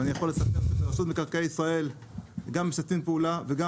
ואני יכול לספר שרשות מקרקעי ישראל גם משתפים פעולה וגם